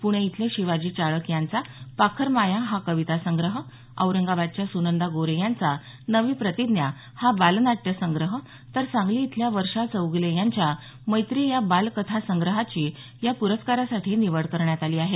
पुणे इथले शिवाजी चाळक यांचा पाखरमाया हा कवितासंग्रह औरंगाबादच्या सुनंदा गोरे यांचा नवी प्रतिज्ञा हा बालनाट्य संग्रह तर सांगली इथल्या वर्षा चौगुले यांच्या मैत्री या बालकथासंग्रहाची या पुरस्कारासाठी निवड करण्यात आली आहे